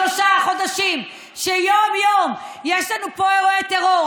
שלושה חודשים שיום-יום יש לנו פה אירועי טרור.